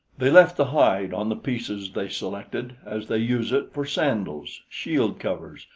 they left the hide on the pieces they selected, as they use it for sandals, shield-covers,